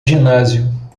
ginásio